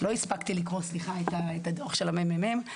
לא הספקתי לקרוא את הדו"ח של הממ"מ,